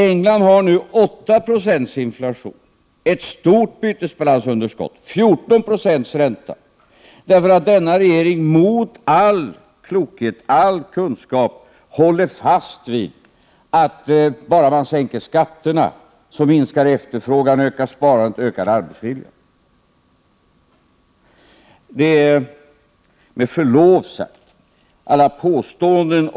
England har nu 8 20 inflation, ett stort bytesbalansunderskott, 14 9 ränta — därför att denna regering mot all klokhet och all kunskap håller fast vid att bara man sänker skatterna så minskar efterfrågan, ökar sparandet och ökar arbetsviljan.